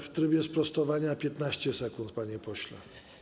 W trybie sprostowania 15 sekund, panie pośle.